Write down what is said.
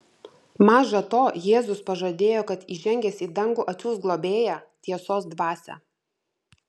maža to jėzus pažadėjo kad įžengęs į dangų atsiųs globėją tiesos dvasią